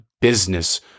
business